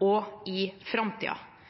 også i framtiden. Helseforetaket mangler fortsatt fagfolk for å